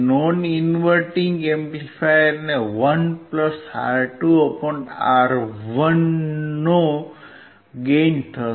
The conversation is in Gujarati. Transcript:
નોન ઇન્વર્ટીંગ એમ્પ્લીફાયરને 1 R2R1 નો ગેઇન થશે